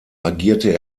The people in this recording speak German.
agierte